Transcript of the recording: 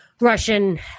Russian